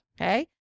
Okay